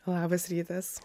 labas rytas